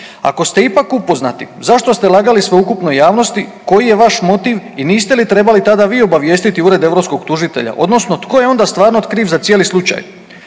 Ako ste ipak upoznati zašto ste lagali sveukupnoj javnosti, koji je vaš motiv i niste li trebali tada vi obavijestiti Ured europskog tužitelja odnosno tko je onda stvarno kriv za cijeli slučaj?